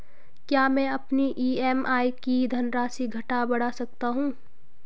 क्या मैं अपनी ई.एम.आई की धनराशि घटा बढ़ा सकता हूँ?